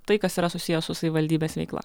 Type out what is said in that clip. tai kas yra susiję su savivaldybės veikla